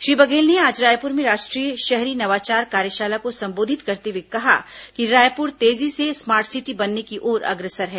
श्री बघेल ने आज रायपुर में राष्ट्रीय शहरी नवाचार कार्यशाला को संबोधित करते हुए कहा कि रायपुर तेजी से स्मार्ट सिटी बनने की ओर अग्रसर है